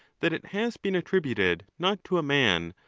that it has been attributed not to a man,